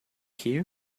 here